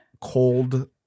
cold